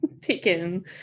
taken